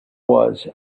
was